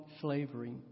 slavery